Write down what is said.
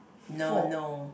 no no